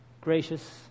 gracious